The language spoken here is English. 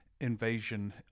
invasion